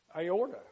aorta